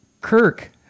Kirk